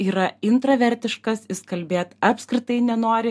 yra intravertiškas jis kalbėt apskritai nenori